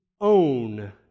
own